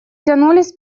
тянулись